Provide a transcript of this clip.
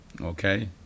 Okay